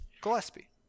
Gillespie